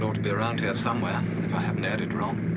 to be around here somewhere, if i haven't added wrong.